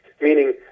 meaning